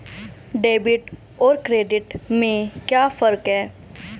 Debit और credit में क्या फर्क है?